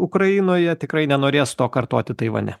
ukrainoje tikrai nenorės to kartoti taivane